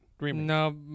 No